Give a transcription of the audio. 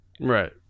right